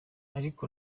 ariko